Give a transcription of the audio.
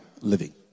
living